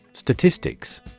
Statistics